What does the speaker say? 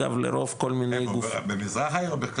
במזרח העיר.